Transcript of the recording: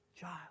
child